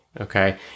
Okay